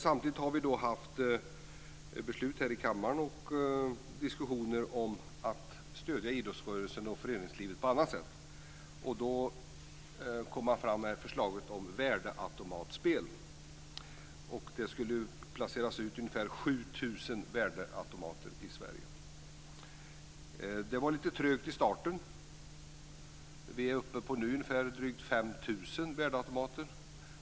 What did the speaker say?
Samtidigt har vi fattat beslut här i kammaren och haft diskussioner om att stödja idrottsrörelsen och föreningslivet på annat sätt. Då kom man fram med förslaget om värdeautomatspel. Det skulle placeras ut ungefär 7 000 Det var lite trögt i starten. Vi är nu uppe på drygt 5 000 värdeautomater.